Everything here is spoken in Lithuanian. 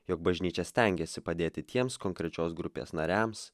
jog bažnyčia stengiasi padėti tiems konkrečios grupės nariams